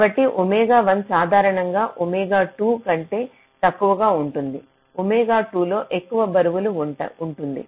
కాబట్టి ఒమేగా 1 సాధారణంగా ఒమేగా 2 కంటే తక్కువగా ఉంటుంది ఒమేగా 2 లో ఎక్కువ బరువు ఉంటుంది